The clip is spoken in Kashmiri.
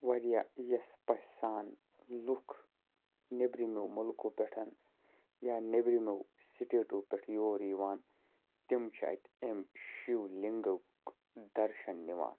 واریاہ یَژھہٕ پَژھہِ سان لوٗکھ نیٚبرِمو مُلکو پٮ۪ٹھ یا نیٚبرِمو سِٹیٹو پٮ۪ٹھ یور یِوان تِم چھِ اَتہِ اَمہِ شِولِنٛگُک دَرشَن نِوان